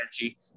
energy